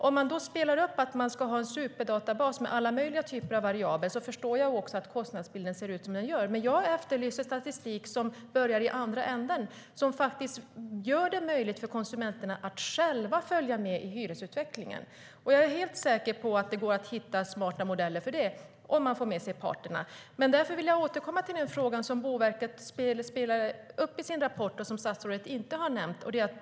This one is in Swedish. Om man har tänkt sig en superdatabas med alla möjliga variabler förstår jag att kostnadsbilden ser ut som den gör. Men jag efterlyser statistik som börjar i andra änden och faktiskt gör det möjligt för konsumenterna att själva följa med i hyresutvecklingen. Jag är helt säker på att det går att hitta smarta modeller för det om man får med sig parterna. Därför vill jag återkomma till den fråga som Boverket ställer i sin rapport men som statsrådet inte har berört.